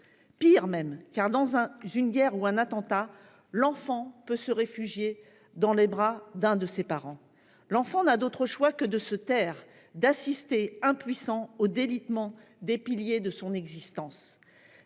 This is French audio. que cela, car, dans une guerre ou après un attentat, l'enfant peut encore se réfugier dans les bras de l'un de ses parents. L'enfant n'a d'autre choix que de se taire, d'assister, impuissant, au délitement des piliers de son existence.